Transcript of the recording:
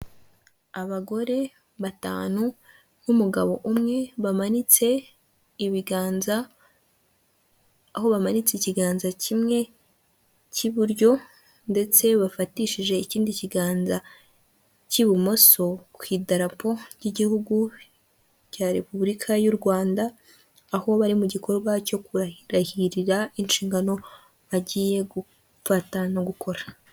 Abagore batanu n'umugabo umwe bamanitse ibiganza aho bamanitse ikiganza kimwe k'iburyo ndetse bafatishije ikindi kiganza k'ibumoso ku idarapo ry'igihugu cya repubulika y'u Rwanda, aho bari mu gikorwa cyo kurahirira inshingano agiye gufata no gukora.